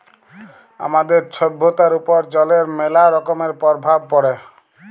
আমাদের ছভ্যতার উপর জলের ম্যালা রকমের পরভাব পড়ে